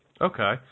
Okay